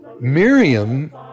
Miriam